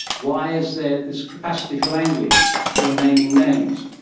why is there this capacity for language or naming names?